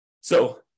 So-